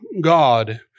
God